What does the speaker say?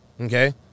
Okay